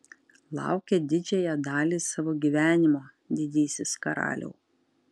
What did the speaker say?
laukėt didžiąją dalį savo gyvenimo didysis karaliau